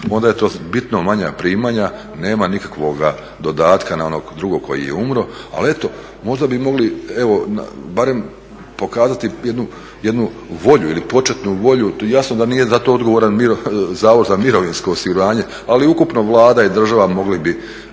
onda je to bitno manja primanja. Nema nikakvoga dodatka na onog drugog koji je umro, ali eto možda bi mogli evo barem pokazati jednu volju ili početnu volju. Jasno da nije za to odgovoran Zavod za mirovinsko osiguranje, ali ukupno Vlada i država mogli bi